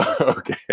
Okay